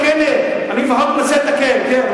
אני לפחות מנסה לתקן, כן.